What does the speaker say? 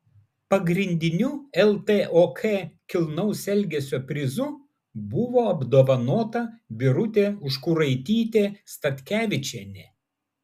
pagrindiniu ltok kilnaus elgesio prizu buvo apdovanota birutė užkuraitytė statkevičienė